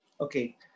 Okay